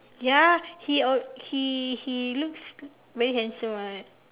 ya he uh he he looks very handsome [what]